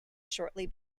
shortly